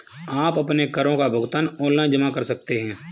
आप अपने करों का भुगतान ऑनलाइन जमा कर सकते हैं